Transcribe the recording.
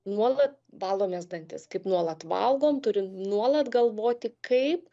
nuolat valomės dantis kaip nuolat valgom turim nuolat galvoti kaip